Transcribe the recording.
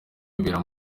bibera